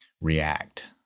react